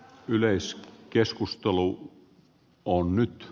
yleis keskustalolla on nyt